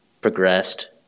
progressed